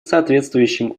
соответствующим